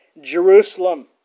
Jerusalem